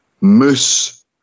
Moose